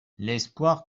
l’espoir